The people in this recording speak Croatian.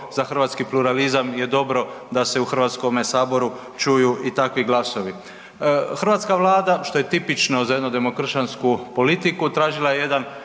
za hrvatski pluralizam je dobro da se u Hrvatskome saboru čuju i takvi glasovi. Hrvatska Vlada što je tipično za jednu demokršćansku politiku, tražila je jedan